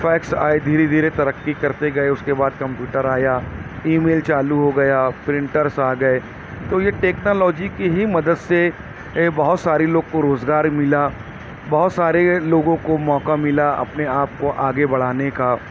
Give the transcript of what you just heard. fax آئے دھیرے دھیرے ترقی کرتے گئے اس کے بعد کمپیوٹر آیا ای میل چالو ہو گیا پرنٹرس آ گئے تو یہ ٹیکنالوجی کی ہی مدد سے بہت سارے لوگ کو روزگار ملا بہت سارے لوگوں کو موقع ملا اپنے آپ کو آگے بڑھانے کا